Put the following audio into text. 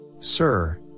Sir